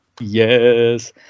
Yes